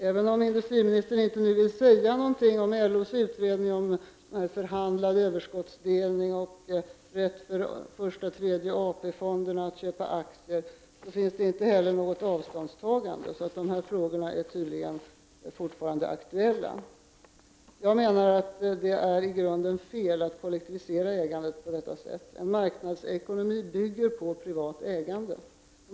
Även om industriministern nu inte vill säga någonting om LOS utredning om förhandlad överskottsdelning och rätt för första och tredje AP-fonderna att köpa aktier, görs det inte heller något avståndstagande, så dessa frågor är tydligen fortfarande aktuella. Jag menar att det är i grunden fel att kollektivisera ägandet på detta sätt. En marknadsekonomi bygger på privat ägande.